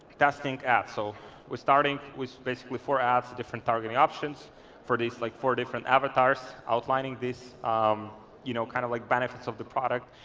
testing ads. so we're starting with basically four adds, different targeting options for these, like four different avatars outlining this um you know kind of like benefits of the product,